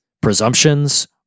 presumptions